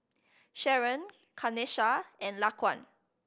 Sharron Kanesha and Laquan